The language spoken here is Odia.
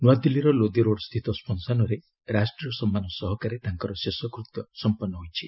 ନୂଆଦିଲ୍ଲୀର ଲୋଦି ରୋଡ୍ ସ୍ଥିତ ଶ୍ମଶାନରେ ରାଷ୍ଟ୍ରୀୟ ସମ୍ମାନ ସହକାରେ ତାଙ୍କର ଶେଷକୃତ୍ୟ ସମ୍ପନ୍ନ ହୋଇଛି